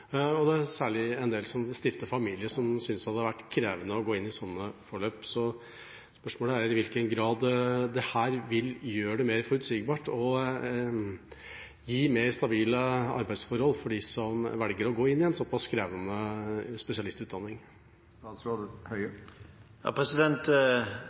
og særlig en del av dem som stifter familie, synes at det har vært krevende å gå inn i slike forløp. Så spørsmålet er i hvilken grad dette vil gjøre det mer forutsigbart og gi mer stabile arbeidsforhold for dem som velger å gå inn i en såpass krevende